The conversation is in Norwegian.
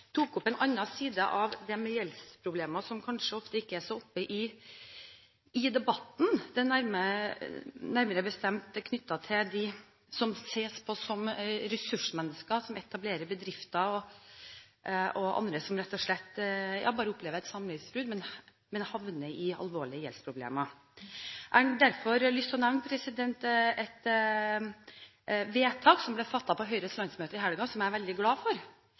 tok opp en annen side av det med gjeldsproblemer som kanskje ikke er så ofte oppe i debatten, nærmere bestemt knyttet til dem som ses på som ressursmennesker, som etablerer bedrifter eller som rett og slett bare opplever et samlivsbrudd, men havner i alvorlige gjeldsproblemer. Jeg har derfor lyst til å nevne et vedtak som ble fattet på Høyres landsmøte i helgen, som jeg er veldig glad for.